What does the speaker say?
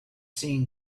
seen